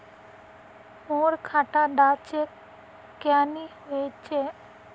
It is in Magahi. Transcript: मोर खाता डा चेक क्यानी होचए?